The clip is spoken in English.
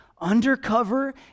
undercover